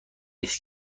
است